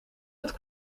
het